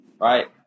right